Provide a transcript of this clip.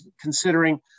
considering